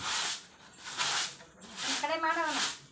ಶೇಂಗಾದಲ್ಲಿ ರಂಗೋಲಿ ವ್ಯಾಧಿಗೆ ಯಾವ ಎಣ್ಣಿ ಹೊಡಿಬೇಕು?